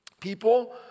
people